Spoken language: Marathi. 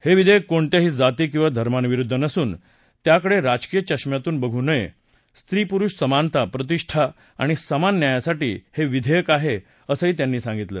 हे विधेयक कोणत्याही जाती किंवा धर्मांविरुद्ध नसून त्याकडे राजकीय चष्म्यातून बघू नये स्त्री पुरुष समानता प्रतिष्ठा आणि समान न्यायासाठी हे विधेयक आहे असं त्यांनी सांगितलं